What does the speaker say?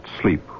sleep